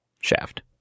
Shaft